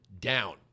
down